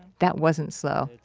that wasn't slow.